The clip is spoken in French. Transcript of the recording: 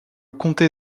comté